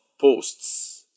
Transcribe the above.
Posts